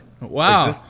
Wow